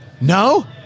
No